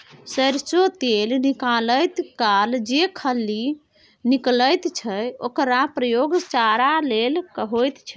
सरिसों तेल निकालैत काल जे खली निकलैत छै ओकर प्रयोग चारा लेल होइत छै